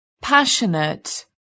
passionate